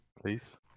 Please